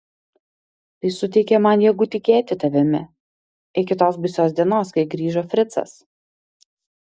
tai suteikė man jėgų tikėti tavimi iki tos baisios dienos kai grįžo fricas